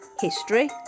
history